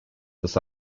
this